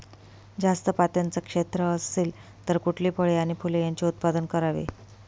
जास्त पात्याचं क्षेत्र असेल तर कुठली फळे आणि फूले यांचे उत्पादन करावे?